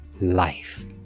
life